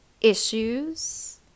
issues